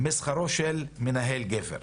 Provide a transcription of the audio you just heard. משכרו של מנהל גבר.